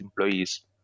employees